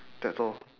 that's all